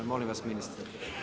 Molim vas ministre.